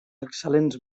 excel·lents